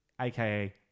aka